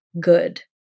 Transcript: good